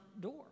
door